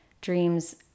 dreams